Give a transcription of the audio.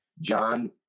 John